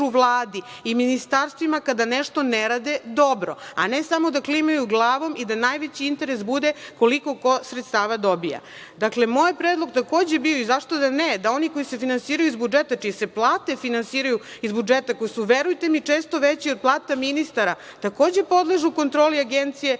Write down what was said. i ministarstvima kada nešto ne rade dobro, a ne samo da klimaju glavom i da najveći interes bude koliko ko sredstava dobija. Dakle, moj je predlog takođe bio, zašto da ne, da oni koji se finansiraju iz budžeta, čije se plate finansiraju iz budžeta, koje su, verujte mi, često veće i od plata ministara, takođe podležu kontroli Agencije